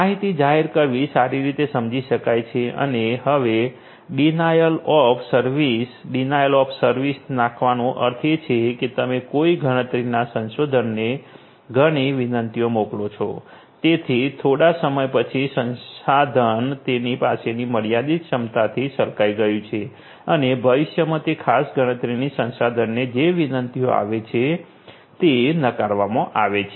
માહિતી જાહેર કરવું સારી રીતે સમજી શકાય છે અને હવે denial of service denial of service નાખવાનો અર્થ એ છે કે તમે કોઈ ગણતરીના સંસાધનને ઘણી વિનંતીઓ મોકલો છો જેથી થોડા સમય પછી સંસાધન તેની પાસેની મર્યાદિત ક્ષમતાથી છલકાઇ ગયું છે અને ભવિષ્યમાં તે ખાસ ગણતરીની સંસાધનને જે વિનંતીઓ આવે છે તે નકારવામાં આવે છે